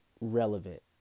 relevant